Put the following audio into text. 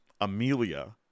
Amelia